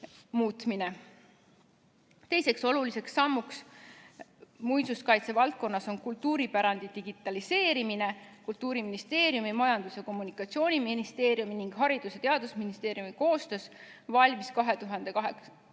Teine oluline samm muinsuskaitse valdkonnas on kultuuripärandi digitaliseerimine. Kultuuriministeeriumi, Majandus- ja Kommunikatsiooniministeeriumi ning Haridus- ja Teadusministeeriumi koostöös valmis 2018.